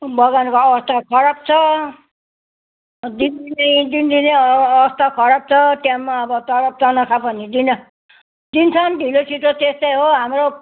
बगानको अवस्था खराब छ अँ दिनदिनै दिनदिनै अ अवस्था खराब छ टाइममा अब तलब तनखा पनि दिन दिन्छन् ढिलो छिटो त्यस्तै हो हाम्रो